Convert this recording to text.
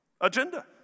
agenda